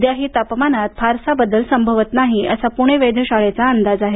उद्याही तापमानातही फारसा बदल संभवत नाही असा पुणे वेधशाळेचा अंदाज आहे